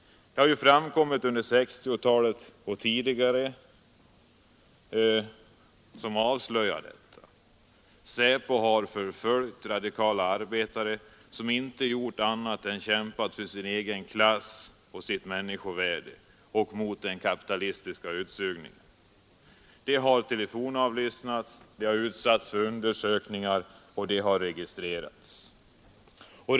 Det har ju under 1960-talet avslöjats hur SÄPO har förföljt radikala arbetare som inte gjort något annat än kämpat för sin egen klass och sitt I människovärde mot den kapitalistiska utsugningen. De har varit föremål Särskild polisverkför telefonavlyssning och utsatts för undersökningar, och de har samhet för hindregistrerats.